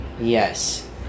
Yes